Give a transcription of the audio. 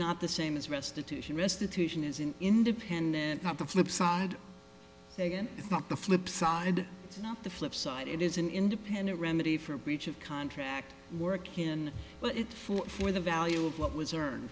not the same as restitution restitution is an independent not the flip side again it's not the flip side it's not the flip side it is an independent remedy for breach of contract work in well it for for the value of what was